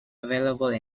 available